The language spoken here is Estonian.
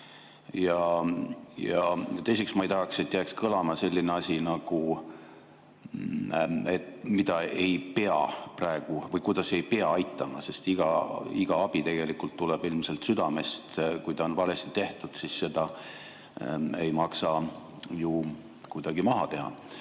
Ja teiseks ma ei tahaks, et jääks kõlama selline asi, kuidas ei peaks praegu aitama, sest iga abi tegelikult tuleb ilmselt südamest. Kui midagi on valesti tehtud, siis seda ei maksa ju kuidagi maha teha.